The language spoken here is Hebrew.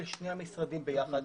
של שני המשרדים ביחד,